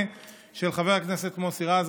פ/1348/24, של חבר הכנסת מוסי רז.